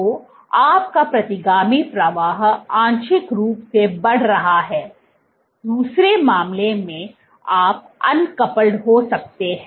तो आपका प्रतिगामी प्रवाह आंशिक रूप से बढ़ रहा है दूसरे मामले में आप अनकपल्ड हो सकते हैं